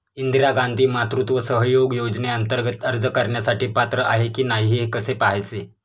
इंदिरा गांधी मातृत्व सहयोग योजनेअंतर्गत अर्ज करण्यासाठी पात्र आहे की नाही हे कसे पाहायचे?